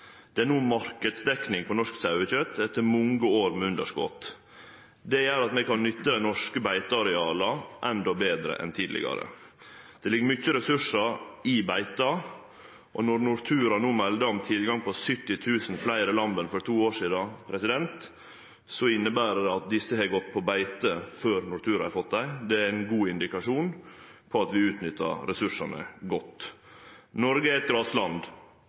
Det er no marknadsdekning på norsk sauekjøt, etter mange år med underskot. Det gjer at vi kan nytte dei norske beiteareala endå betre enn tidlegare. Det ligg mykje ressursar i beita, og når Nortura no melder om tilgang på 70 000 fleire lam enn for to år sidan, inneber det at desse har gått på beite før Nortura har fått dei. Det er ein god indikasjon på at vi utnyttar ressursane godt. Noreg er eit grasland,